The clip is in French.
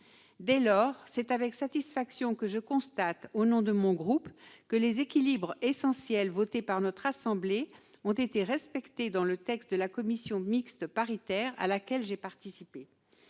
C'est donc avec satisfaction que je constate, au nom de mon groupe, que les équilibres essentiels votés par notre assemblée sont respectés dans le texte adopté par la commission mixte paritaire, à laquelle j'ai participé.